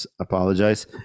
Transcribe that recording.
Apologize